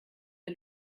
der